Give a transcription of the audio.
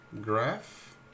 graph